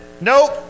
nope